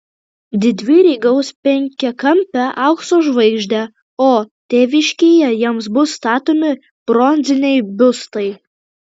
didvyriai gaus penkiakampę aukso žvaigždę o tėviškėje jiems bus statomi bronziniai biustai